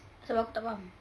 sabar aku tak faham